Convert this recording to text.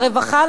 לרווחה,